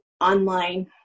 online